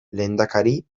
lehendakari